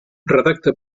redacta